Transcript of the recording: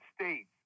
States